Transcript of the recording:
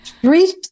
Three